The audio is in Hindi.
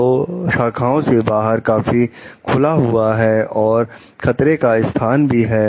तो शाखाओं के बाहर काफी खुला हुआ है और खतरे का स्थान भी है